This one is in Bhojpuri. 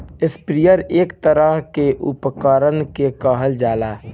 स्प्रेयर एक तरह के उपकरण के कहल जाला